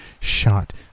shot